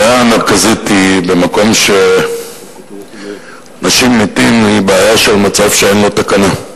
הבעיה המרכזית היא שבמקום שאנשים מתים זה מצב שאין לו תקנה,